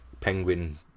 penguin